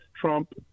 Trump